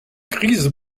crise